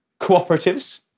cooperatives